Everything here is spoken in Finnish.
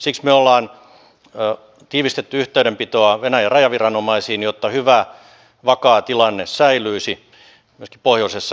siksi me olemme tiivistäneet yhteydenpitoa venäjän rajaviranomaisiin jotta hyvä vakaa tilanne säilyisi myöskin pohjoisessa